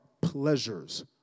pleasures